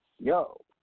Yo